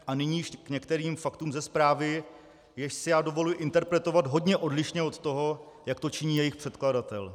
A nyní již k některým faktům ze zprávy, jež si já dovoluji interpretovat hodně odlišně od toho, jak to činí jejich předkladatel.